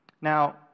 Now